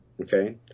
okay